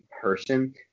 person